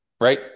Right